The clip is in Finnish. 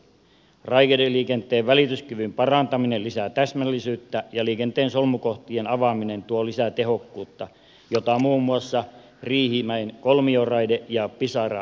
raideliikenteen välityskyvyn parantaminen lisää täsmällisyyttä ja liikenteen solmukohtien avaaminen tuo lisää tehokkuutta jota muun muassa riihimäen kolmioraide ja pisara rata edustavat